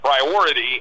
priority